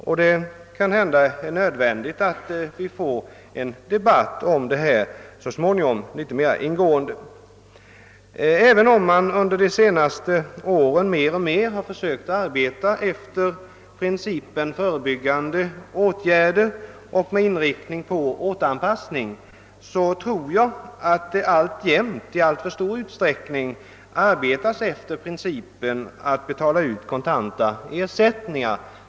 Det är kanhända nödvändigt att vi så småningom får en litet mer ingående debatt om dessa frågor. Även om man under de senaste åren mer och mer försökt arbeta efter principen förebyggande åtgärder och med inriktning på återanpassning, tror jag att det alltjämt i alltför stor utsträckning arbetas efter principen att betala ut kontant ersättning.